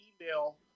email